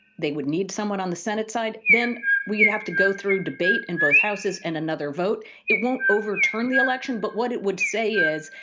they would need someone on the senate side. then we would have to go through debate in both houses and another vote. it won't overturn the election, but what it would say is,